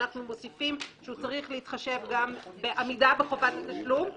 ואנחנו מוסיפים שהוא צריך להתחשב גם בעמידה בחובת התשלום,